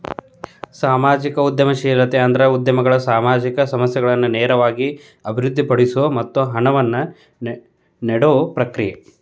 ಸಾಮಾಜಿಕ ಉದ್ಯಮಶೇಲತೆ ಅಂದ್ರ ಉದ್ಯಮಿಗಳು ಸಾಮಾಜಿಕ ಸಮಸ್ಯೆಗಳನ್ನ ನೇರವಾಗಿ ಅಭಿವೃದ್ಧಿಪಡಿಸೊ ಮತ್ತ ಹಣವನ್ನ ನೇಡೊ ಪ್ರಕ್ರಿಯೆ